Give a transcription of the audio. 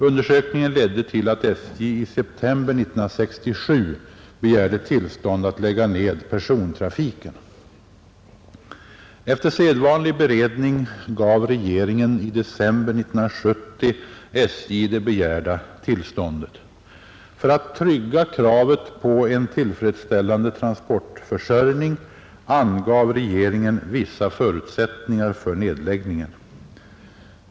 Undersökningen ledde till att SJ i september 1967 begärde tillstånd att lägga ned persontrafiken. Efter sedvanlig beredning gav regeringen i december 1970 SJ det begärda tillståndet. För att trygga kravet på en tillfredsställande transportförsörjning angav regeringen vissa förutsättningar för nedläggningen.